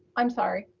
i'm sorry.